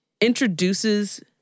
introduces